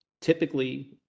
typically